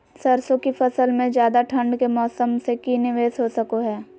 सरसों की फसल में ज्यादा ठंड के मौसम से की निवेस हो सको हय?